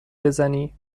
بزنی